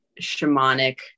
shamanic